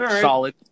Solid